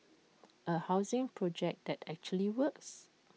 A housing project that actually works